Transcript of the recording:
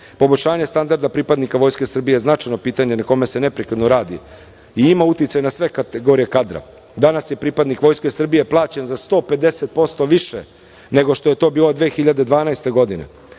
modela. Poboljšanje standarda pripadnika Vojske Srbije je značajno pitanje na kome se neprekidno radi i ima uticaj na sve kategorije kadra. Danas je pripadnik Vojske Srbije plaćen za 150% više nego što je to bilo 2012. godine.